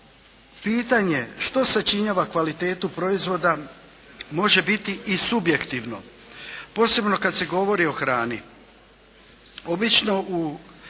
pitanje što sačinjava kvalitetu proizvoda može biti i subjektivno posebno kada se govori o hrani.